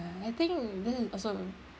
I think that is also